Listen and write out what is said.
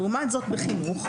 לעומת זאת בחינוך,